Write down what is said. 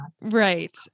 Right